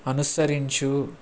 అనుసరించు